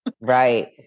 Right